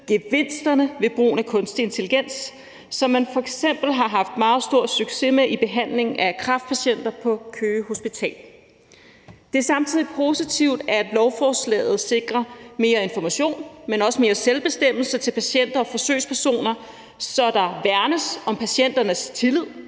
gevinsterne ved brug af kunstig intelligens, som man f.eks. har haft meget stor succes med i behandling af kræftpatienter på Sjællands Universitetshospital i Køge. Det er samtidig positivt, at lovforslaget sikrer mere information, men også mere selvbestemmelse til patienter og forsøgspersoner, så der værnes om patienternes tillid